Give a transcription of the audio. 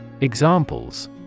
Examples